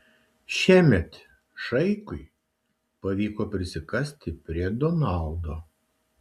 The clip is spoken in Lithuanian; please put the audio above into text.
šiemet šaikui pavyko prisikasti prie donaldo